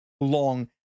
long